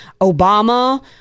Obama